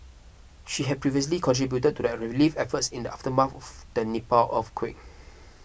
she had previously contributed to the relief efforts in the aftermath the Nepal earthquake